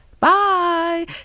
Bye